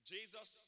Jesus